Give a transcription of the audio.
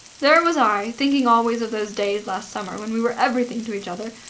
there was i, thinking always of those days last summer when we were everything to each other,